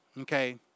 okay